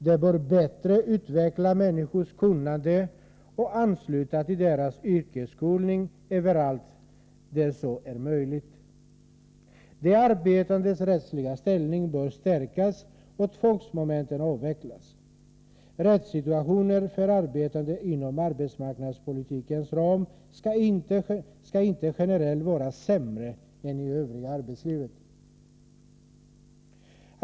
De bör bättre utveckla människors kunnande och ansluta till deras yrkesskolning överallt där så är möjligt. De arbetandes rättsliga ställning bör stärkas och tvångsmomenten avvecklas. Rättssituationen för arbetande inom arbetsmarknadspolitikens ram skall inte generellt vara sämre än i övriga arbetslivet.